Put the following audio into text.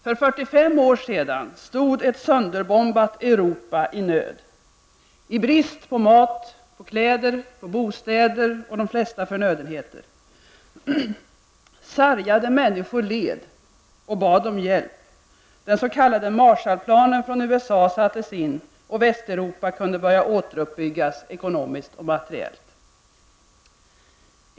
För 45 år sedan stod ett sönderbombat Europa i nöd, med brist på mat, kläder, bostäder och de flesta förnödenheter. Sargade människor led och bad om hjälp. Den s.k. Marshallplanen från USA sattes in, och Västeuropa kunde börja återuppbyggas ekonomiskt och materiellt.